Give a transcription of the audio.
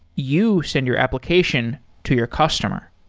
you send your application to your customer.